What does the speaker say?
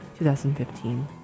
2015